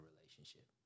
relationship